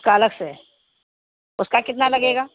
اس کا الگ سے ہے اس کا کتنا لگے گا